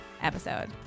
episode